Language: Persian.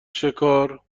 شکار